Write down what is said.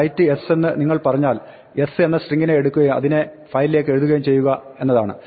write എന്ന് നിങ്ങൾ പറഞ്ഞാൽ s എന്ന സ്ട്രിങ്ങിനെ എടുക്കുകയും അതിനെ ഫയലിലേക്ക് എഴുതുകയും ചെയ്യുക എന്നാണ്